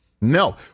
No